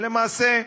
ולמעשה,